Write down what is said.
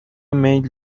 میل